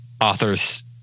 authors